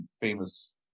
famous